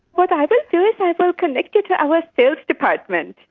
what i will do is i will connect you to our sales department.